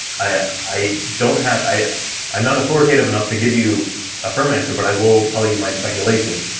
i don't have i i'm not authoritative enough to give you a firm answer, but i will tell you my speculation,